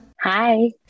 Hi